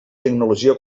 tecnologia